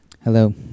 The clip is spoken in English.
Hello